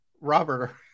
Robert